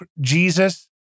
Jesus